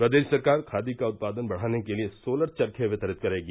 प्रदेश सरकार खादी का उत्पादन बढ़ाने के लिए सोलर चर्खे वितरित करेगी